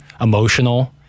emotional